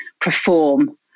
perform